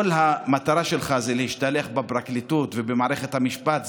כל המטרה שלך היא להשתלח בפרקליטות ובמערכת המשפט,